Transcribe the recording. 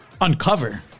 uncover